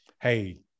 hey